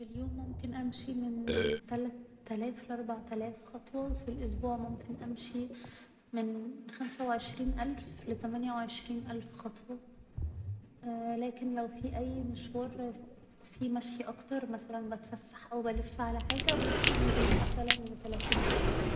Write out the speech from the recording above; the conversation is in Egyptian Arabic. في اليوم ممكن امشي من تلات آلاف لأربع آلاف خطوة و في الأسبوع ممكن امشي من خمسة و عشرين الف لتمانية و عشرين الف خطوة لكن لو في اي مشوار فيه مشي اكتر مثلا بتفسح او بلف على حاجة ممكن يزيد مثلا لتلاتين الف خطوة